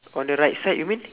on the right side you mean